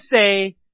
say